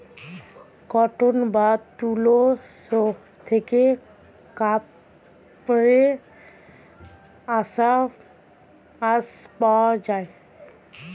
cotton বা তুলো শস্য থেকে কাপড়ের আঁশ পাওয়া যায়